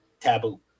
taboo